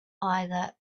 either